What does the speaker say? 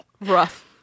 rough